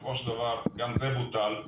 בסופו של דבר גם זה בוטל,